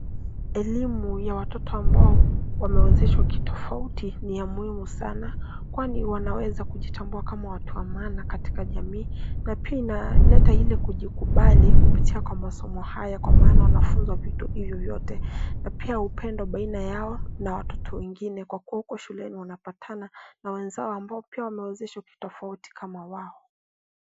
Elimu ya watoto ambao wamewezeshwa kitofauti ni ya muhimu sana kwani wanaweza kujitambua kama watu wa maana katika jamii na pia inaleta ile kujibali kupitia kwa masomo haya kwa maana wanafunzi wa vitu hivyo vote na pia upendo baina yao na watoto wengine kwa kuwa huko shuleni wanapatana na wenzao ambao pia wamewezeshwa kitofauti kama wao.